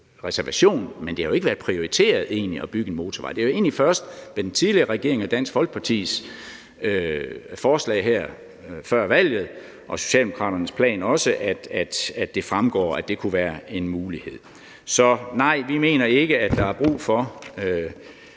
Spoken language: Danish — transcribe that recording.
arealreservation, men det har jo egentlig ikke været prioriteret at bygge en motorvej. Det er jo egentlig først med den tidligere regering og Dansk Folkepartis forslag fra før valget sammen med Socialdemokraternes plan, at det fremgår, at det kunne være en mulighed. Så nej, vi mener ikke, at der er brug for